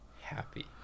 happy